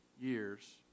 years